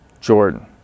Jordan